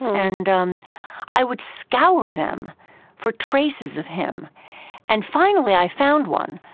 and um i would scour them for traces of him and finally i found one.